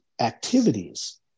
activities